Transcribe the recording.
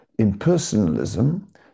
impersonalism